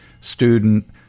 student